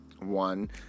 One